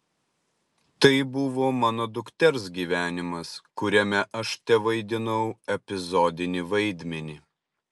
tai buvo mano dukters gyvenimas kuriame aš tevaidinau epizodinį vaidmenį